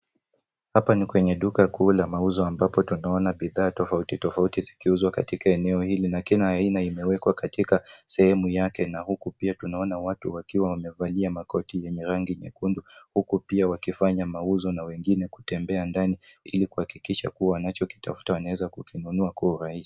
Hapa ni kwenye duka kuu la mauzo ambapo tunaona bidhaa tofauti tofauti zikiuzwa katika eneo hili na kila aina imewekwa katika sehemu yake na huku pia tunaona watu wakiwa wamevalia makoti yenye rangi nyekundu huku pia wakifanya mauzo na wengine kutembea ndani ili kuhakikisha kuwa wanachokitafuta wanaweza kukinunua kwa urahisi.